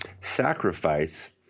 sacrifice